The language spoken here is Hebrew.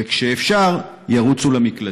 וכשאפשר, ירוצו למקלטים.